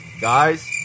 Guys